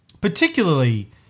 particularly